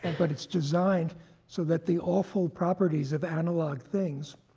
and but it's designed so that the awful properties of analog things